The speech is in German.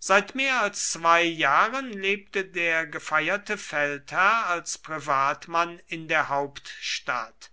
seit mehr als zwei jahren lebte der gefeierte feldherr als privatmann in der hauptstadt